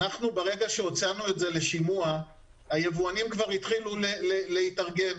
ברגע שהוצאנו את זה לשימוע היבואנים כבר התחילו להתארגן,